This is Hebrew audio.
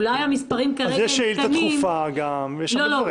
אז יש שאילתה דחופה גם, יש הרבה דברים.